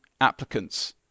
applicants